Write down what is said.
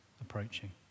approaching